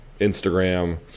Instagram